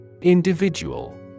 Individual